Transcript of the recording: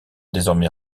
désormais